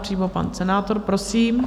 Přímo pan senátor, prosím.